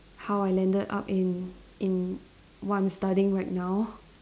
how I landed up in in what I'm studying right now